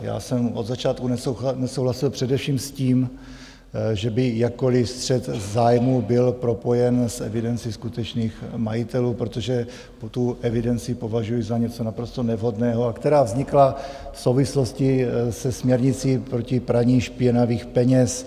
Já jsem od začátku nesouhlasil především s tím, že by jakkoliv střet zájmů byl propojen s evidencí skutečných majitelů, protože tu evidenci považuji za něco naprosto nevhodného, a která vznikla v souvislosti se směrnicí proti praní špinavých peněz.